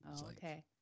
okay